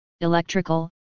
Electrical